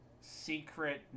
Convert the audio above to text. secret